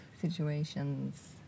situations